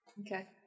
Okay